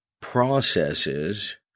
processes